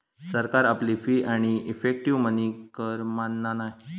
सरकार आपली फी आणि इफेक्टीव मनी कर मानना नाय